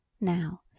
now